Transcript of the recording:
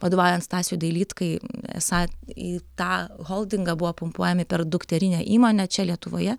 vadovaujant stasiui dailydkai esą į tą holdingą buvo pumpuojami per dukterinę įmonę čia lietuvoje